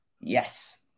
Yes